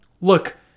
look